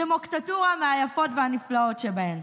דמוקטטורה מהיפות והנפלאות שבהן.